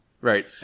Right